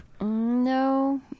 No